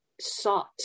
sought